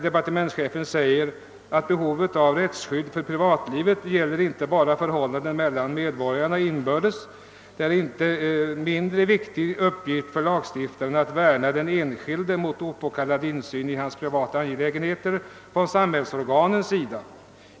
Departementschefen säger där: »Behovet av rättsskydd för privatlivet gäller inte bara förhållandet mellan medborgarna inbördes. Det är en inte mindre viktig uppgift för lagstiftaren att värna den enskilde mot opåkallad insyn i hans privata angelägenheter från <samhällsorganens sida.